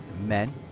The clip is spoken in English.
men